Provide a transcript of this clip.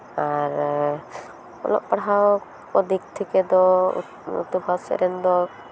ᱟᱨ ᱚᱞᱚᱜ ᱯᱟᱲᱦᱟᱣ ᱠᱚ ᱫᱤᱠ ᱛᱷᱮᱠᱮ ᱫᱚ ᱩᱛᱛᱚᱨ ᱵᱷᱟᱨᱚᱛ ᱥᱮᱫ ᱨᱮᱱ ᱫᱚ